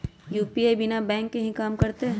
UPI बिना bank के भी कम करतै?